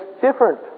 different